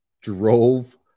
drove